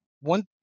One